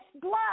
blood